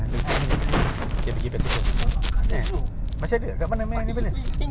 dia okay then run then rent that unit lah but they make it like a pop-up store for New Balance